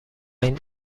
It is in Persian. این